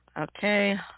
Okay